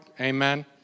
Amen